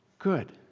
good